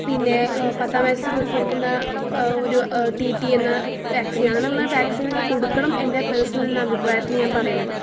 പിന്നെ പത്താം വയസ്സിൽ കൊടുക്കുന്ന ഒരു ടി ടി എന്ന വാക്സിൻ അങ്ങനെയുള്ള വാക്സിൻ ഒക്കെ കൊടുക്കണം എൻ്റെ പേഴ്സണൽ ഉള്ള അഭിപ്രായത്തിൽ ഞാൻ പറയുന്നത്